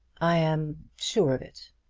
i am sure of it.